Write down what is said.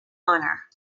honor